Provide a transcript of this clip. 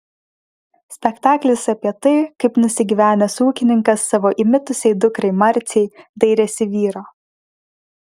spektaklis apie tai kaip nusigyvenęs ūkininkas savo įmitusiai dukrai marcei dairėsi vyro